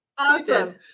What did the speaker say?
Awesome